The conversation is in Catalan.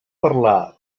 parlar